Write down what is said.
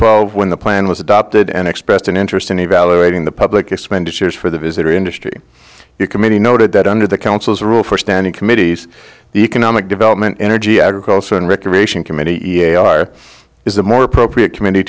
twelve when the plan was adopted and expressed an interest in evaluating the public expenditures for the visitor industry committee noted that under the councils rule for standing committees the economic development energy agriculture and recreation committee a are is the more appropriate committee